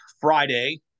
Friday